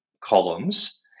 columns